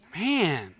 Man